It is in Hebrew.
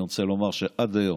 אני רוצה לומר שעד היום,